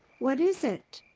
what is it?